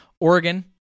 Oregon